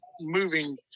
moving